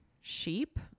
sheep